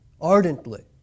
ardently